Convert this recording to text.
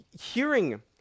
hearing